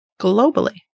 globally